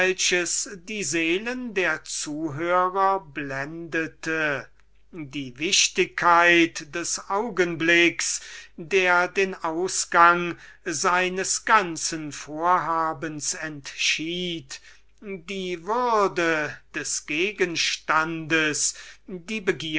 die seelen der zuhörer blendete die wichtigkeit des augenblicks der den ausgang seines ganzen vorhabens entschied die würde des gegenstandes